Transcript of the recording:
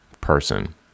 person